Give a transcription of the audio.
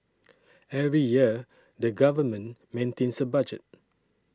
every year the government maintains a budget